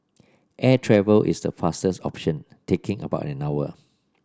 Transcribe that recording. air travel is the fastest option taking about an hour